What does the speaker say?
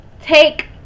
Take